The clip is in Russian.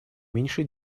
меньше